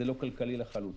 זה לא כלכלי לחלוטין.